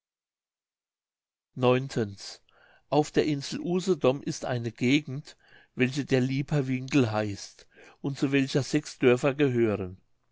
mündlich auf der insel usedom ist eine gegend welche der lieper winkel heißt und zu welcher sechs dörfer gehören